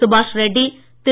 சுபாஷ் ரெட்டி திரு